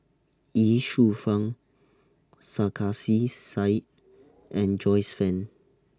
Ye Shufang Sarkasi Said and Joyce fan